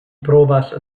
provas